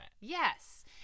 Yes